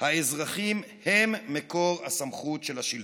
האזרחים הם מקור הסמכות של השלטון,